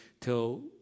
till